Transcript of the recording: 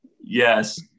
Yes